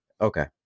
okay